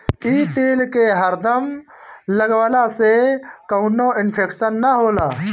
इ तेल के हरदम लगवला से कवनो इन्फेक्शन ना होला